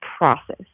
process